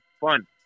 fun